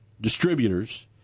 distributors